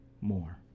more